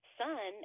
son